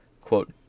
quote